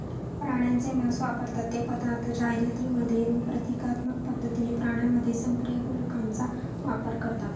प्राण्यांचे मांस वापरतात ते पदार्थ जाहिरातींमध्ये प्रतिकात्मक पद्धतीने प्राण्यांमध्ये संप्रेरकांचा वापर करतात